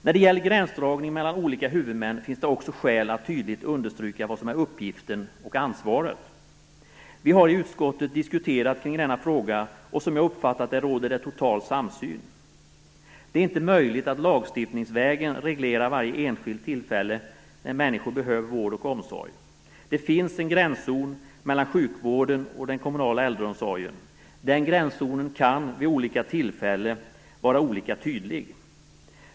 När det gäller gränsdragningen mellan olika huvudmän finns det också skäl att tydligt understryka vad som är uppgiften och ansvaret. Vi har i utskottet diskuterat denna fråga, och som jag har uppfattat det råder det total samsyn. Det är inte möjligt att lagstiftningsvägen reglera varje enskilt tillfälle när människor behöver vård och omsorg. Det finns en gränszon mellan sjukvården och den kommunala äldreomsorgen. Den gränszonen kan vid olika tillfällen vara olika tydlig.